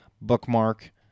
bookmark